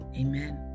Amen